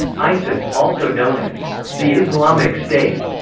isis, also known as the islamic state,